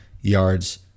yards